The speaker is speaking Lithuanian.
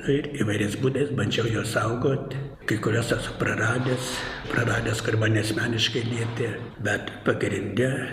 nu ir įvairiais būdais bandžiau juos saugot kai kuriuos esu praradęs praradęs kur mane asmeniškai lietė bet pagrinde